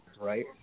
Right